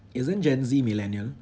isn't gen Z millennial